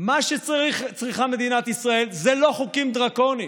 מה שצריכה מדינת ישראל זה לא חוקים דרקוניים,